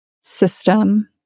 system